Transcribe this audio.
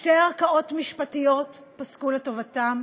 שתי ערכאות משפטיות פסקו לטובתם,